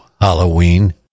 Halloween